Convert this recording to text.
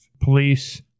police